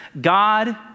God